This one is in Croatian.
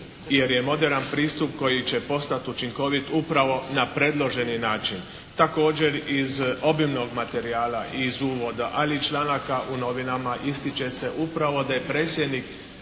jer je moderan pristup koji će postati učinkovit upravo na predloženi način. Također iz obilnog materijala, iz uvoda, ali i članaka u novinama ističe se upravo da je predsjednik